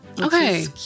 Okay